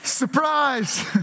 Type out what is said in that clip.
Surprise